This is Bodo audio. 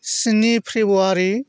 स्नि फेबुवारि